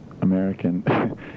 American